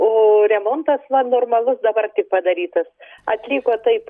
o remontas va normalus dabar tik padarytas atliko taip